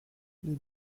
les